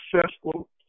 successful